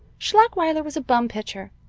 schlachweiler was a bum pitcher.